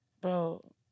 bro